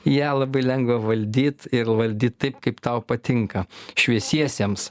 ją labai lengva valdyt ir valdyt taip kaip tau patinka šviesiesiems